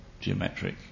geometric